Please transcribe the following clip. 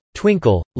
twinkle